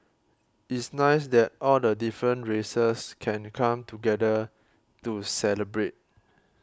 it's nice that all the different races can come together to celebrate